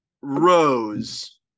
rose